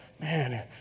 man